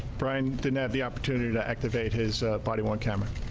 brian. didn't have the opportunity to activate his body. worn camera.